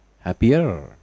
happier